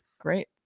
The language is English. great